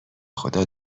خدا